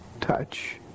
touch